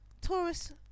Taurus